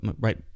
right